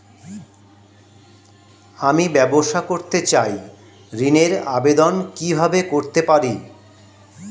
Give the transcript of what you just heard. আমি ব্যবসা করতে চাই ঋণের আবেদন কিভাবে করতে পারি?